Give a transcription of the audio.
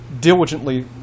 diligently